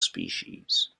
species